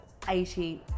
80